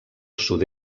sud